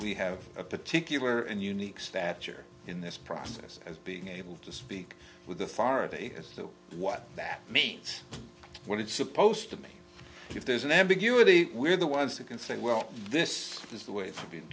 we have a particular and unique stature in this process as being able to speak with authority as to what that means what it's supposed to mean if there's an ambiguity we're the ones who can say well this is the way for being